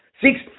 Six